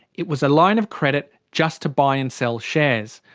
it was a line of credit just to buy and sell shares.